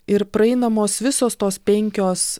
ir praeinamos visos tos penkios